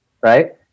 right